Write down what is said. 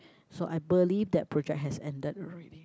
so I believe that project has ended already